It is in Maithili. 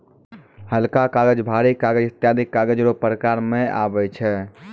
हलका कागज, भारी कागज ईत्यादी कागज रो प्रकार मे आबै छै